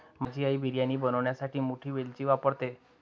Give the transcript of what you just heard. माझी आई बिर्याणी बनवण्यासाठी मोठी वेलची वापरते